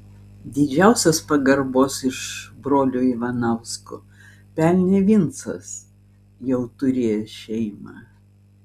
didžiausios pagarbos iš brolių ivanauskų pelnė vincas jau turėjęs šeimą